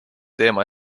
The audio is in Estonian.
teema